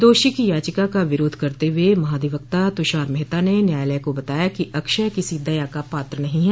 दोषी की याचिका का विरोध करते हुए महाधिवक्ता तूषार मेहता ने न्यायालय को बताया कि अक्षय किसी दया का पात्र नहीं है